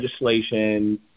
legislation